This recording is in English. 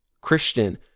Christian